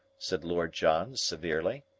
said lord john severely.